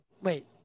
Wait